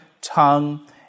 tongue